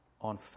on